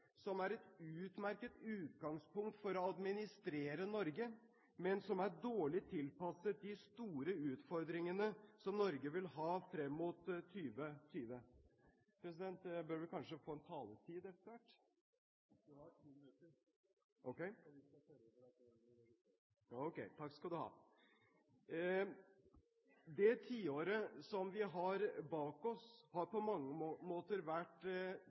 som er et utmerket utgangspunkt for å administrere Norge, men som er dårlig tilpasset de store utfordringene som Norge vil ha frem mot 2020. President, jeg bør vel kanskje få en taletid etter hvert? Representanten har 10 minutter, men vi skal sørge for at det blir rettet opp. Takk skal du ha. Det tiåret som vi har bak oss, har på mange måter vært